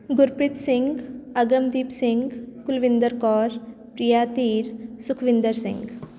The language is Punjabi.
ਗੁਰਪ੍ਰੀਤ ਸਿੰਘ ਅਗਮਦੀਪ ਸਿੰਘ ਕੁਲਵਿੰਦਰ ਕੌਰ ਪ੍ਰੀਆ ਧੀਰ ਸੁਖਵਿੰਦਰ ਸਿੰਘ